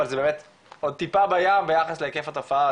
אבל זה באמת עוד טיפה בים ביחס להיקף התופעה,